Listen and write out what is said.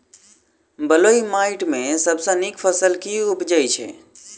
बलुई माटि मे सबसँ नीक फसल केँ उबजई छै?